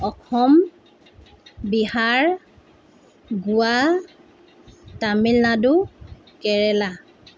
Assam Bihar Goa Tamil Nadu Kerala